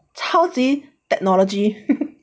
超级 technology